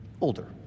older